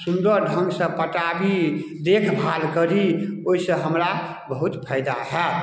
सुन्दर ढङ्गसँ पटाबी देखभाल करी ओइसँ हमरा बहुत फाइदा हैत